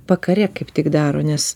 vakare kaip tik daro nes